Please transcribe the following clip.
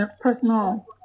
personal